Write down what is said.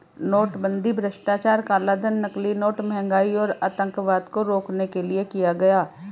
नोटबंदी भ्रष्टाचार, कालाधन, नकली नोट, महंगाई और आतंकवाद को रोकने के लिए किया गया